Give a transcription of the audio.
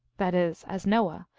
that is as noah,